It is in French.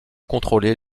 contrôler